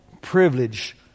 privilege